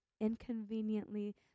inconveniently